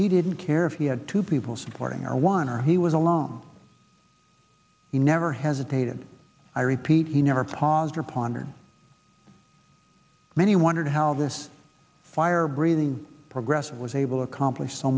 he didn't care if he had two people supporting our one or he was alone he never hesitated i repeat he never paused or pondered many wondered how this fire breathing progress was able to accomplish so